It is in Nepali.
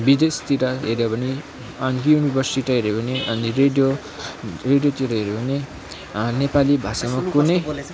विदेशतिर हेर्यो भने अनि युनिभर्ससित हेऱ्यो भने हामी रेडियो रेडियोतिर हेर्यो भने नेपाली भाषामा कुनै